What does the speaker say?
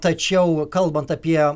tačiau kalbant apie